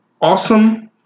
awesome